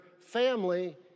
family